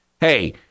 Hey